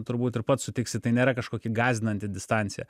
turbūt ir pats sutiksi tai nėra kažkokia gąsdinanti distancija